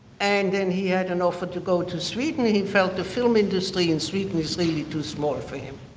and then he had an offer to go to sweden and he felt the film industry in sweden is really too small for him.